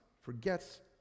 forgets